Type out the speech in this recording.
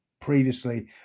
previously